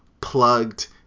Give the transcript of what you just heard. plugged